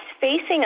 facing